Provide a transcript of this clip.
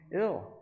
ill